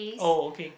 oh okay